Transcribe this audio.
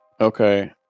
Okay